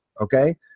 Okay